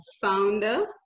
founder